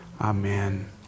Amen